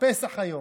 פסח היום.